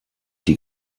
die